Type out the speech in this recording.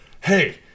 hey